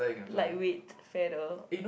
light weight feather